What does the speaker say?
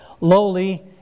Lowly